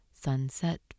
sunset